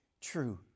true